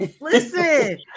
listen